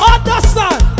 Understand